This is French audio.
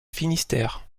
finistère